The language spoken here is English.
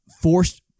forced